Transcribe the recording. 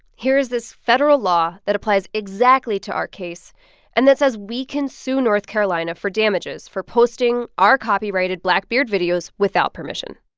here is this federal law that applies exactly to our case and that says we can sue north carolina for damages for posting our copyrighted blackbeard videos without permission.